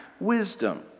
wisdom